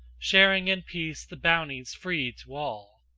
sharing in peace the bounties free to all.